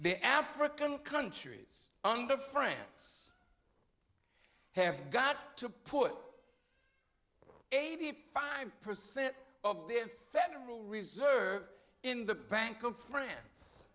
the african countries under france have got to put eighty five percent of their federal reserve in the bank of france